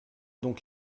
donc